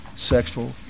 sexual